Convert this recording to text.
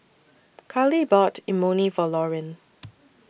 Karley bought Imoni For Lorin